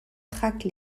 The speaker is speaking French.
traque